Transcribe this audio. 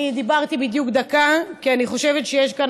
אני דיברתי בדיוק דקה כי אני חושבת שיש כאן